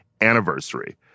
anniversary